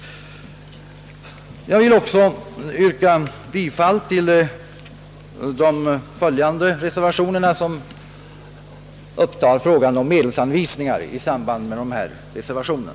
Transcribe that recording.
Jag yrkar också bifall till de följande reservationerna, som gäller medelsanvisningen vid bifall till de olika reservationerna.